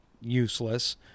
useless